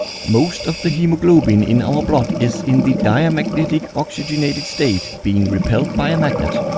most of the hemoglobin in our blood is in the diamagnetic, oxygenated state being repelled by a magnet.